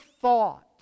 thought